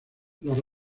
los